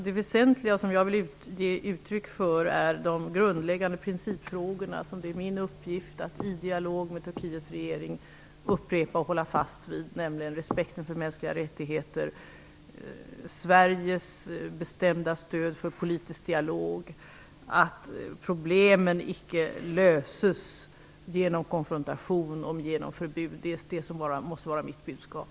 Det väsentliga som jag vill ge uttryck för är de grundläggande principfrågorna, som det är min uppgift att i dialog med Turkiets regering upprepa och hålla fast vid, nämligen respekten för mänskliga rättigheter och Sveriges bestämda stöd för politisk dialog, att problemen icke löses genom konfrontation och genom förbud. Det måste vara mitt budskap.